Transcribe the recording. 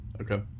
okay